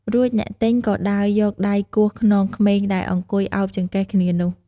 រួចអ្នកទិញក៏ដើរយកដៃគោះខ្នងក្មេងដែលអង្គុយឱបចង្កេះគ្នានោះ ។